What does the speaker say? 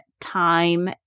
time